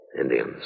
Indians